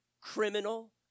criminal